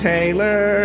Taylor